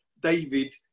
David